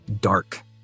dark